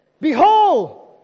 behold